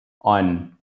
on